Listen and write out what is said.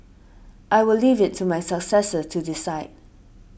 I will leave it to my successor to decide